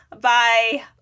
bye